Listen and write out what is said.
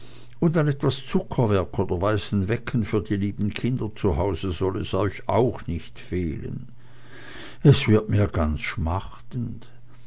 und an etwas zuckerwerk oder weißen wecken für die lieben kinder zu hause soll es euch auch nicht fehlen es wird mir ganz schmachtend